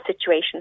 situation